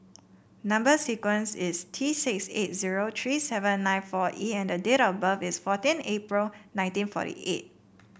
number sequence is T six eight zero three seven nine four E and the date of birth is fourteen April nineteen forty eight